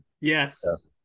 yes